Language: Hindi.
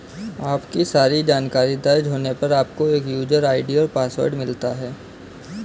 आपकी सारी जानकारी दर्ज होने पर, आपको एक यूजर आई.डी और पासवर्ड मिलता है